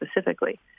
specifically